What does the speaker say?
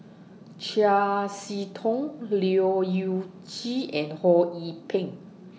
Chiam See Tong Leu Yew Chye and Ho Yee Ping